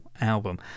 album